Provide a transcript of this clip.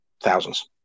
thousands